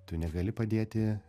tu negali padėti